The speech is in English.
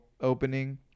Opening